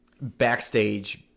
backstage